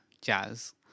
jazz